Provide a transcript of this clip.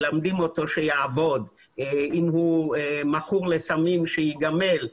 מלמדים אותו שיעבוד, אם הוא מכור לסמים שייגמל.